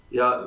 ja